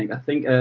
you know i think,